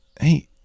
hey